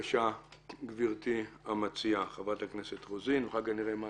גברתי המציעה, חברת הכנסת רוזין, בבקשה.